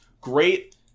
great